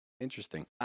Interesting